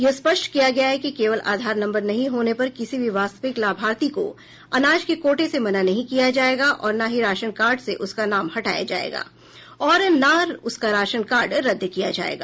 यह स्पष्ट किया गया है कि केवल आधार नम्बर नहीं होने पर किसी भी वास्तविक लाभार्थी को अनाज के कोटे से मना नहीं किया जाएगा और न ही राशन कार्ड से उसका नाम हटाया जाएगा और न उसका राशन कार्ड रद्द किया जाएगा